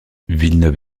villeneuve